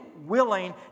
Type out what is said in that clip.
willing